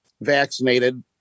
vaccinated